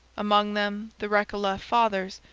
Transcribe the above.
among them the recollet fathers,